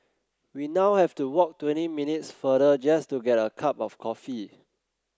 we now have to walk twenty minutes farther just to get a cup of coffee